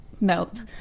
melt